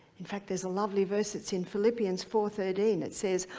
in fact, there's a lovely verse that's in philippians four thirteen it says,